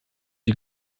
die